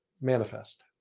manifest